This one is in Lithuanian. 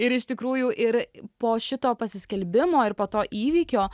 ir iš tikrųjų ir po šito pasiskelbimo ir po to įvykio